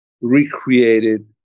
recreated